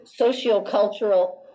sociocultural